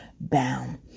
bound